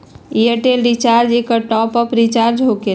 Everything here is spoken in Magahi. ऐयरटेल रिचार्ज एकर टॉप ऑफ़ रिचार्ज होकेला?